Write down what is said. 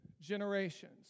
generations